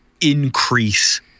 increase